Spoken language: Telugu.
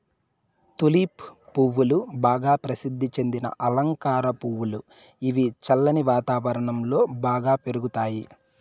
తులిప్ పువ్వులు బాగా ప్రసిద్ది చెందిన అలంకార పువ్వులు, ఇవి చల్లని వాతావరణం లో బాగా పెరుగుతాయి